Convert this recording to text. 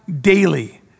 daily